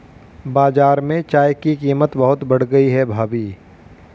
बाजार में चाय की कीमत बहुत बढ़ गई है भाभी